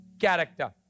character